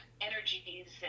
energies